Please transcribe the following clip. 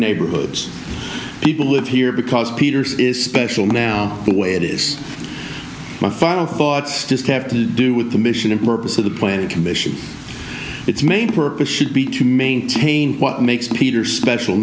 neighborhoods people who live here because peters is special now the way it is my final thoughts just have to do with the mission and purpose of the planning commission its main purpose should be to maintain what makes peter special